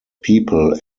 people